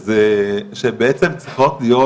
שהן בעצם צריכות להיות